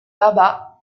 baba